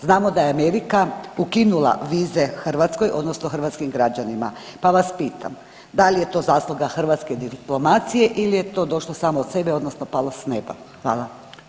Znamo da je Amerika ukinula vize Hrvatskoj odnosno hrvatskim građanima, pa vas pitam da li je to zasluga hrvatske diplomacije ili je to došlo samo od sebe odnosno palo s neba?